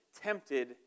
tempted